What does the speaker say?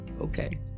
okay